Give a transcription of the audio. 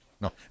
No